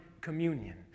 communion